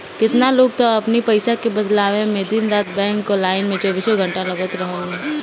केतना लोग तअ अपनी पईसा के बदलवावे में दिन रात बैंक कअ लाइन में चौबीसों घंटा लागल रहे